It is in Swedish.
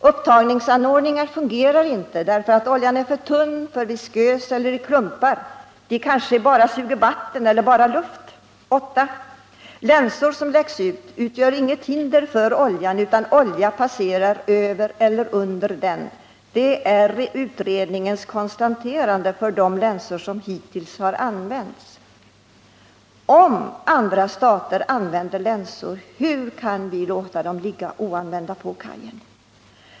Upptagningsanordningar fungerar inte därför att oljan är för tunn, för viskös eller i klumpar. De suger kanske bara vatten eller bara luft. 8. Länsor som läggs ut utgör inget hinder för oljan utan olja passerar över eller under dem.” Det är utredningens konstaterande när det gäller de länsor som hittills har använts.